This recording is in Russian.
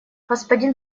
господин